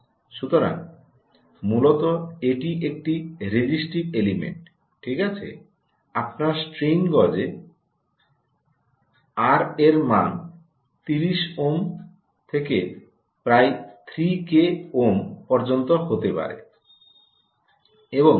সুতরাং মূলত এটি একটি রেজিস্ট্রিভ এলিমেন্ট ঠিক আছে আপনার স্ট্রেন গজে আর এর মান 30 ওম থেকে প্রায় 3 কে ওম পর্যন্ত হতে পারে